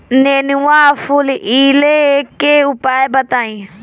नेनुआ फुलईले के उपाय बताईं?